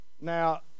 Now